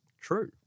True